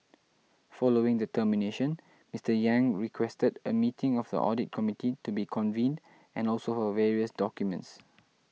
following the termination Mister Yang requested a meeting of the audit committee to be convened and also for various documents